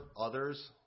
others